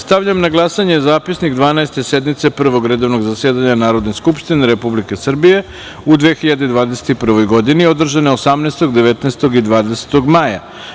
Stavljam na glasanje Zapisnik 12. sednice Prvog redovnog zasedanja Narodne skupštine Republike Srbije u 2021. godini, održane je 18, 19. i 20. maja.